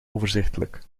overzichtelijk